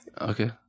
Okay